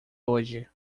hoje